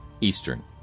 Eastern